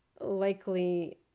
likely